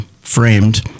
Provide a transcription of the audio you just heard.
framed